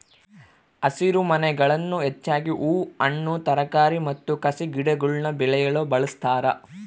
ಹಸಿರುಮನೆಗಳನ್ನು ಹೆಚ್ಚಾಗಿ ಹೂ ಹಣ್ಣು ತರಕಾರಿ ಮತ್ತು ಕಸಿಗಿಡಗುಳ್ನ ಬೆಳೆಯಲು ಬಳಸ್ತಾರ